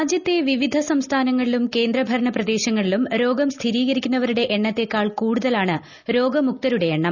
രാജ്യത്തെ വിവിധ സംസ്ഥാനങ്ങളിലും കേന്ദ്ര ഭരണപ്രദേശങ്ങളിലും രോഗം സ്ഥിരീകരിക്കുന്നവരുടെ എണ്ണത്തേക്കാൾ കൂടുതലാണ് രോഗമുക്തരുടെ എണ്ണം